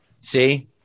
see